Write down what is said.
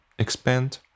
Expand